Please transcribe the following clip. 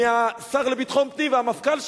מהשר לביטחון פנים והמפכ"ל שלו.